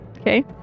Okay